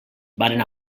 varen